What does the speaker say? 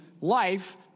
Life